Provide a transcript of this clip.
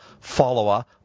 follower